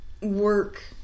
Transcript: Work